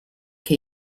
che